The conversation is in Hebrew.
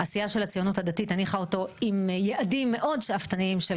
הסיעה של הציונות הדתית הניחה אותו עם יעדים מאוד שאפתניים של 50 אחוז.